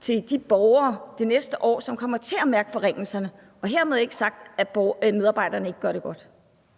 til de borgere, som de næste år kommer til at mærke forringelserne. Hermed ikke sagt, at medarbejderne ikke gør det godt.